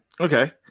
Okay